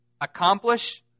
accomplish